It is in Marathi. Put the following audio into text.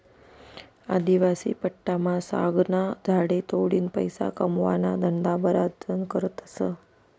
आदिवासी पट्टामा सागना झाडे तोडीन पैसा कमावाना धंदा बराच जण करतस